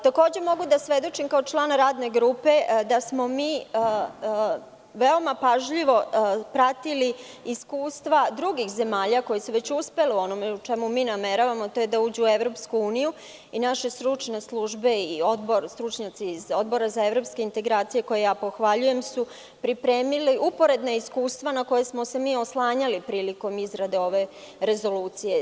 Takođe, mogu da svedočim kao član radne grupeda smo mi veoma pažljivo pratili iskustva drugih zemalja koje su već uspele u onome u čemu mi nameravamo, a to je da uđu u EU i naše stručne službe, stručnjaci iz Odbora za evropske integracije, koje ja pohvaljujem, su pripremili uporedna iskustva na koja smo se mi oslanjali prilikom izrade ove rezolucije.